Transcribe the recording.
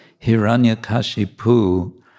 Hiranyakashipu